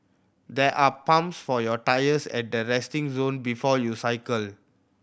there are pumps for your tyres at the resting zone before you cycle